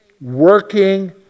Working